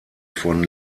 von